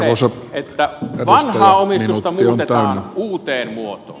on se että vanhaa omistusta muutetaan uuteen muotoon